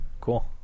Cool